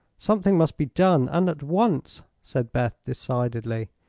something must be done, and at once, said beth, decidedly.